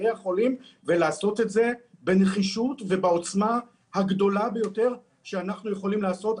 החולים ולעשות את זה בנחישות ובעוצמה הגדולות ביותר שאנחנו יכולים לעשות.